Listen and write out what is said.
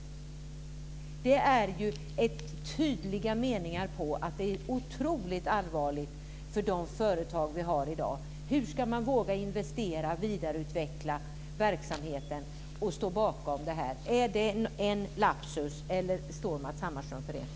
Det är ju en tydlig anvisning som är otroligt allvarlig för de företag vi har i dag. Hur ska de våga att investera och vidareutveckla verksamheten? Är det en lapsus eller står Matz Hammarström för det?